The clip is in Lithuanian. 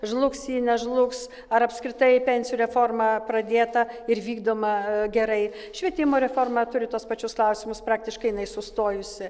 žlugs ji nežlugs ar apskritai pensijų reforma pradėta ir vykdoma gerai švietimo reforma turi tuos pačius klausimus praktiškai jinais sustojusi